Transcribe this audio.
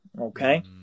Okay